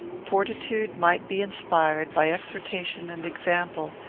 fortitude might be inspired by exhortation and example,